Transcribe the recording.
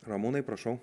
ramūnai prašau